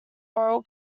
oral